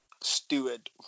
steward